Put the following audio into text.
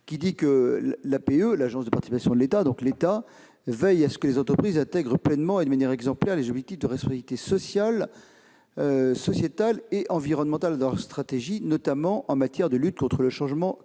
dispose :« L'Agence des participations de l'État veille à ce que ces entreprises intègrent pleinement et de manière exemplaire les objectifs de responsabilité sociale, sociétale et environnementale dans leur stratégie, notamment en matière de lutte contre le changement climatique.